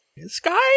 Sky